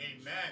Amen